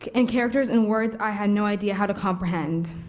and characters and words i have no idea how to comprehend.